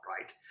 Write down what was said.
right